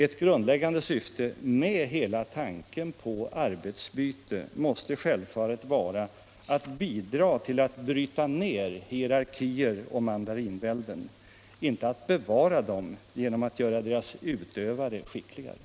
Ett grundläggande syfte med hela tanken på arbetsbyten måste självfallet vara att bidra till att bryta ner hierarkier och mandarinvälden, inte att bevara dem genom att göra deras utövare skickligare.